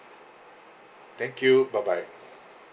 thank you bye bye